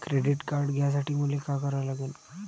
Credit card घ्यासाठी मले का करा लागन?